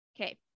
Okay